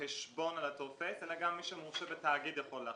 בחשבון על הטופס אלא גם מי שמורשה בתאגיד יכול לחתום.